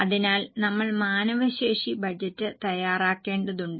അതിനാൽ നമ്മൾ മാനവശേഷി ബജറ്റ് തയ്യാറാക്കേണ്ടതുണ്ട്